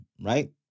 right